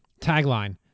Tagline